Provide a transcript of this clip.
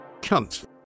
Cunt